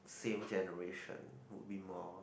same generation would be more